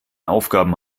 aufgaben